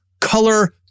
color